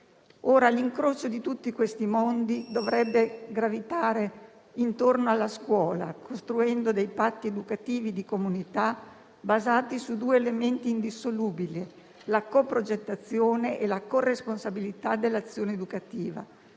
L'incrocio di tutti questi mondi dovrebbe gravitare intorno alla scuola, costruendo dei patti educativi di comunità basati su due elementi indissolubili: la co-progettazione e la co-responsabilità dell'azione educativa.